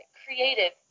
creative